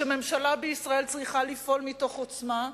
שממשלה בישראל צריכה לפעול מתוך עוצמה,